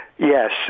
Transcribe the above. Yes